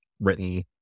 written